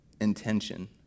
intention